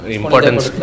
importance